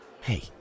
Hey